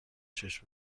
چشم